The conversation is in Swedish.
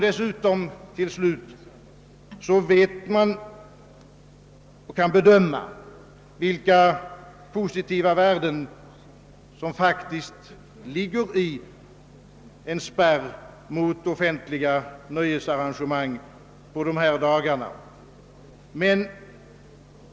Dessutom vet man också, att det faktiskt finns mycket positivt i en spärr mot offentliga nöjesarrangemang under dessa dagar.